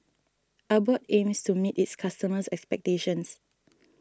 Abbott aims to meet its customers' expectations